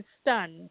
stunned